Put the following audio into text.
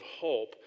hope